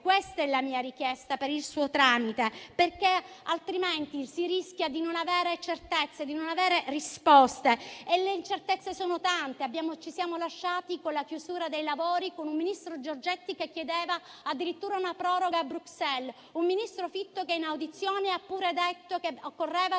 Questa è la mia richiesta per il suo tramite, perché altrimenti si rischia di non avere certezze, di non avere risposte e le incertezze sono tante. Ci siamo lasciati, alla chiusura dei lavori, con un ministro Giorgetti che chiedeva addirittura una proroga a Bruxelles; un ministro Fitto che in audizione ha anche detto che occorreva